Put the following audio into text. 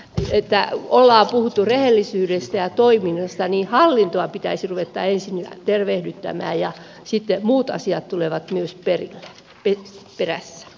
kun ollaan puhuttu rehellisyydestä ja toiminnasta niin hallintoa pitäisi ruveta ensin tervehdyttämään ja sitten muut asiat tulevat perässä